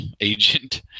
agent